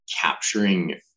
capturing